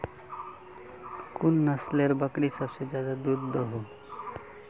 कुन नसलेर बकरी सबसे ज्यादा दूध दो हो?